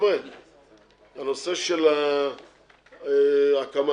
נושא ההקמה